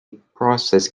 process